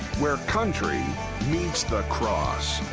where country meets the cross.